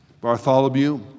Bartholomew